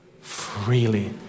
freely